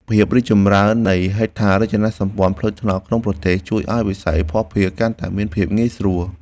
ភាពរីកចម្រើននៃហេដ្ឋារចនាសម្ព័ន្ធផ្លូវថ្នល់ក្នុងប្រទេស ជួយឱ្យវិស័យភស្តុភារកាន់តែមានភាពងាយស្រួល។